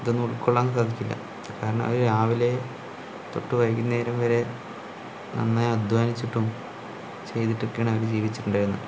ഇതൊന്നും ഉൾക്കൊള്ളാൻ സാധിക്കില്ല കാരണം അവര് രാവിലെ തൊട്ട് വൈകുന്നേരം വരെ നന്നായി അധ്വാനിച്ചിട്ടും ചെയ്തിട്ടും ഒക്കെയാണ് അവർ ജീവിച്ചിട്ടുണ്ടായിരുന്നത്